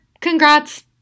Congrats